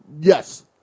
Yes